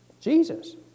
jesus